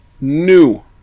new